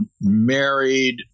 married